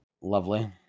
lovely